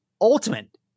ultimate